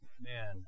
man